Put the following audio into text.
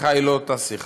והשיחה היא לא אותה שיחה,